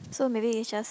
so maybe it's just